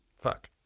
Fuck